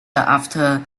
after